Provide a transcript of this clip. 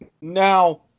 Now